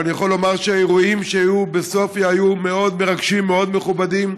ואני יכול לומר שהאירועים שהיו בסופיה היו מאוד מרגשים ומאוד מכובדים.